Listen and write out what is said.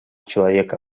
человека